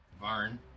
Varn